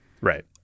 right